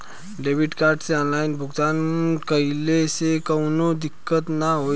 Debit card से online भुगतान कइले से काउनो दिक्कत ना होई न?